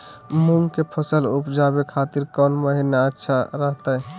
मूंग के फसल उवजावे खातिर कौन महीना अच्छा रहतय?